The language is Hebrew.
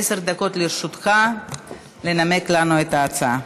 עשר דקות לרשותך לנמק לנו את ההצעה.